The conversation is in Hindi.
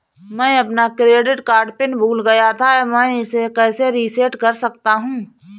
मैं अपना क्रेडिट कार्ड पिन भूल गया था मैं इसे कैसे रीसेट कर सकता हूँ?